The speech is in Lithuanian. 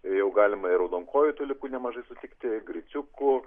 jau galima ir raudonkojų tulikų nemažai sutikti griciukų